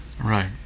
Right